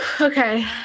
Okay